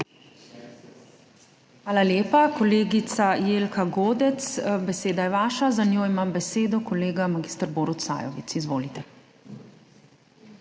Hvala lepa. Kolegica Jelka Godec, beseda je vaša, za njo ima besedo kolega mag. Borut Sajovic. Izvolite.